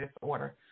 disorder